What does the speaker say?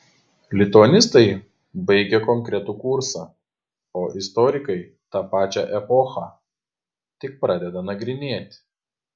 lituanistai baigia konkretų kursą o istorikai tą pačią epochą tik pradeda nagrinėti